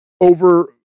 over